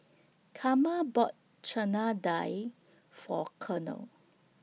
Karma bought Chana Dal For Cornel